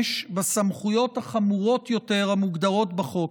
בסמכויות החמורות יותר המוגדרות בחוק.